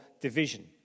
division